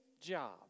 job